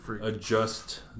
adjust